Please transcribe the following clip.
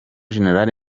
general